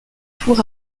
four